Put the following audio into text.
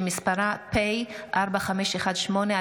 שמספרה פ/25/4518.